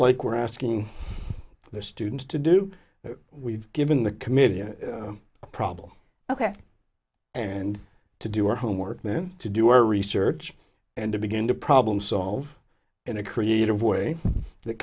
like we're asking the students to do that we've given the committee a problem ok and to do our homework then to do our research and to begin to problem solve in a creative way that